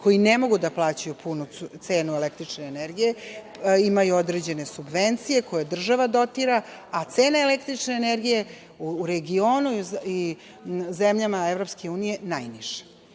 koje ne mogu da plaćaju punu cenu električne energije. Imaju određene subvencije koje država dotira, a cene električne energije u regionu i zemljama EU najniže.